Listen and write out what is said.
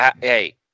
Hey